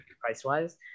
price-wise